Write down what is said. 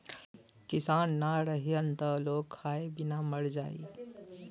किसान ना रहीहन त लोग खाए बिना मर जाई